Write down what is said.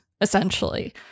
essentially